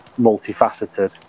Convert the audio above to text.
multifaceted